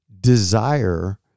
desire